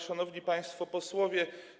Szanowni Państwo Posłowie!